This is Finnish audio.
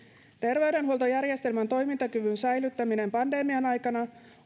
terveydenhuoltojärjestelmän toimintakyvyn säilyttäminen pandemian aikana